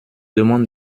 demande